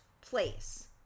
place